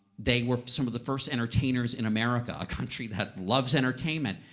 they were some of the first entertainers in america, a country that loves entertainment,